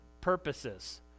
purposes